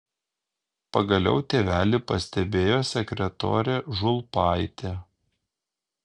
pagaliau tėvelį pastebėjo sekretorė žulpaitė